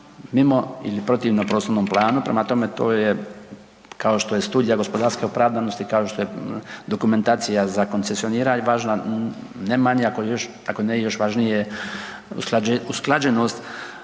mimo ili protivnom prostornom planu. Prema tome to je, kao što je studija gospodarske opravdanosti, kao što je dokumentacija za koncesioniranje važna ne manje, ako još, dakle ne još važnije usklađenost